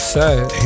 Sad